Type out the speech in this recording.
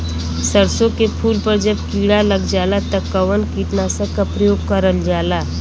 सरसो के फूल पर जब किड़ा लग जाला त कवन कीटनाशक क प्रयोग करल जाला?